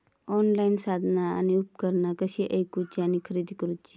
Online साधना आणि उपकरणा कशी ईकूची आणि खरेदी करुची?